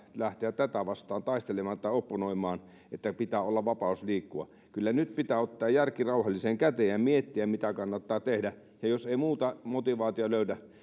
lähteä tätä vastaan taistelemaan tai opponoimaan sillä että pitää olla vapaus liikkua kyllä nyt pitää ottaa järki rauhalliseen käteen ja miettiä mitä kannattaa tehdä ja jos ei muuta motivaatiota löydä